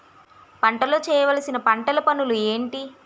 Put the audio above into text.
పంటలో చేయవలసిన పంటలు పనులు ఏంటి?